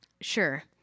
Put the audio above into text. Sure